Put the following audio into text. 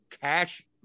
cash